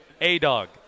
A-Dog